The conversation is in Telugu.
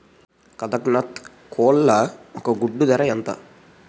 కదక్నత్ కోళ్ల ఒక గుడ్డు ధర ఎంత?